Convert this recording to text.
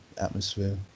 atmosphere